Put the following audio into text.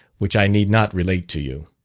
which i need not relate to you.